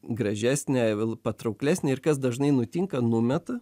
gražesnė patrauklesnė ir kas dažnai nutinka numeta